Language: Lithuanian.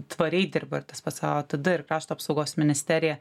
tvariai dirba ir tas pats aotd ir krašto apsaugos ministerija